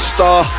Star